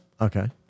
Okay